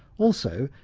also,